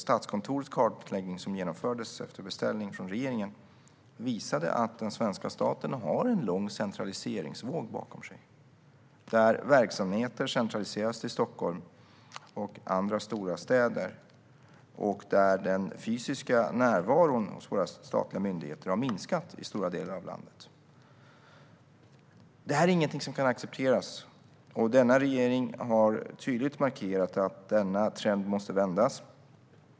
Statskontorets kartläggning, som genomfördes efter en beställning från regeringen, visade att den svenska staten har en lång centraliseringsvåg bakom sig. Verksamheter har centraliserats till Stockholm och andra stora städer. De statliga myndigheternas fysiska närvaro har minskat i stora delar av landet, och det kan inte accepteras. Det här är inget som kan accepteras, och denna regering har tydligt markerat att trenden måste vändas.